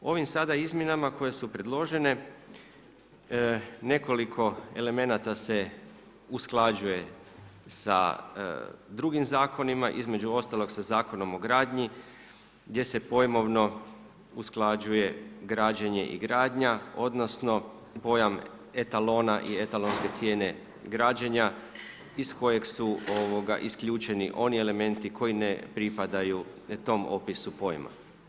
Ovim sada izmjenama koje su predložene nekoliko elemenata se usklađuje sa drugim zakonima, između ostalog sa Zakonom o gradnji gdje se pojmovno usklađuje građenje i gradnja, odnosno pojam etalona i etalonske cijene građenja iz kojeg su isključeni oni elementi koji ne pripadaju tom opisu pojma.